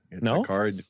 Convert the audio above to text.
No